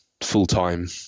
full-time